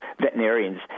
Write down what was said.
veterinarians